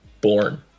born